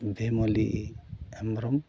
Bhimoli Hembrom